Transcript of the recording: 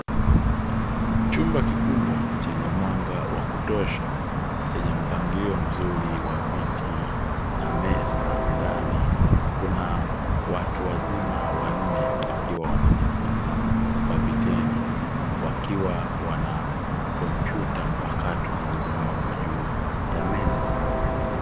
Chumba kikubwa chenye mwanga wa kutosha chenye mpangilio mzuri wa viti na meza. Ndani kuna watu wazima wanne wakiwa wanajifunza kwa vitendo, wakiwa wana kompyuta mpakato zilizowekwa juu ya meza.